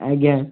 ଆଜ୍ଞା